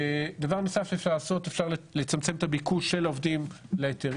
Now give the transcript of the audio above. דבר נוסף שאפשר לעשות הוא לצמצם את הביקוש של העובדים להיתרים.